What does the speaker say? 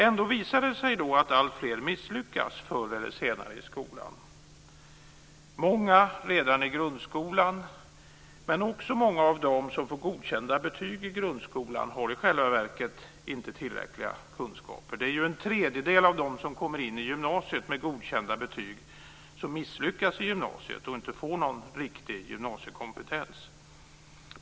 Ändå visar det sig att alltfler misslyckas i skolan förr eller senare, många redan i grundskolan. Men också många av dem som får godkända betyg i grundskolan har i själva verket inte tillräckliga kunskaper. Det är en tredjedel av dem som kommer in i gymnasiet med godkända betyg som misslyckas i gymnasiet och inte får någon riktig gymnasiekompetens.